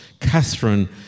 Catherine